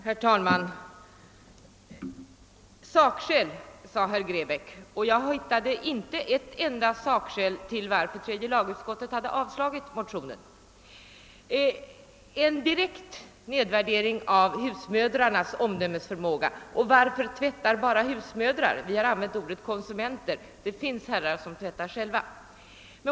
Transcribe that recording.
Herr talman! Sakskäl, talade herr Grebäck om, men jag hittade inte ett enda sakskäl till varför tredje lagutskottet har avstyrkt motionen. Utlåtandet är en direkt nedvärdering av »husmödrarnas» omdömesförmåga. Varför tvättar bara husmödrar? Vi använder ordet konsumenter — det finns herrar som tvättar själva.